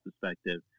perspective